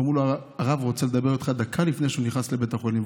אמרו לו: הרב רוצה לדבר איתך דקה לפני שהוא נכנס לבית החולים.